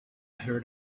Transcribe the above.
heard